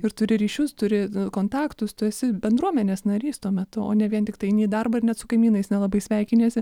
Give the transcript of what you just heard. ir turi ryšius turi kontaktus tu esi bendruomenės narys tuo metu o ne vien tiktai eini į darbą ir net su kaimynais nelabai sveikiniesi